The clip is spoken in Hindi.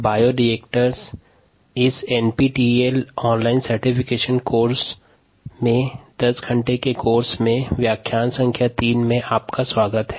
बायोरिएक्टर्स इस एनपीटीइएल ऑनलाइन सर्टिफिकेशन कोर्स में 10 घंटे के कोर्स में व्याख्यान संख्या तीन में आपका स्वागत है